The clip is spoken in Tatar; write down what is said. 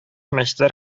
мәчетләр